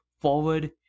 forward